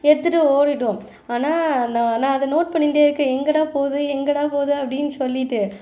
எடுத்துகிட்டு ஓடிவிடும் ஆனால் நான் அதை நோட் பண்ணிகிட்டே இருக்கேன் எங்கேடா போகுது எங்கேடா போகுது அப்படின்னு சொல்லிட்டு